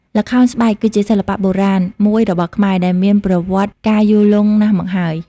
ល្ខោនស្បែកគឺជាសិល្បៈបុរាណមួយរបស់ខ្មែរដែលមានប្រវត្តិកាលយូរលង់ណាស់មកហើយ។